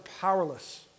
powerless